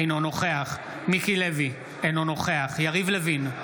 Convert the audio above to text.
אינו נוכח מיקי לוי, אינו נוכח יריב לוין,